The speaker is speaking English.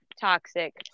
toxic